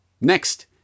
next